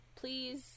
please